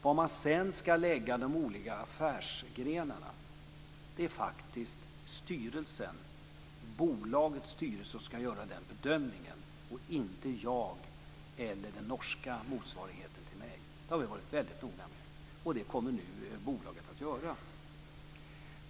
Var man sedan skall förlägga de olika affärsgrenarna är faktiskt en bedömning som bolagets styrelse skall göra och inte jag eller min norska motsvarighet. Detta har vi varit väldigt noga med, och detta är något som bolaget nu kommer att göra.